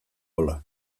gola